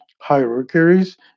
hierarchies